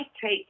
take